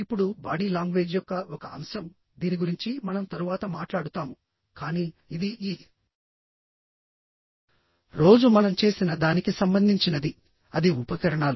ఇప్పుడు body language యొక్క ఒక అంశం దీని గురించి మనం తరువాత మాట్లాడుతాము కానీ ఇది ఈ రోజు మనం చేసిన దానికి సంబంధించినది అది ఉపకరణాలు